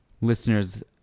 listeners